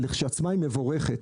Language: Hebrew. שלעצמה היא מבורכת,